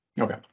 Okay